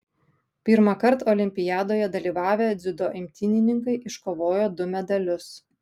pirmąkart olimpiadoje dalyvavę dziudo imtynininkai iškovojo du medalius